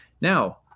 Now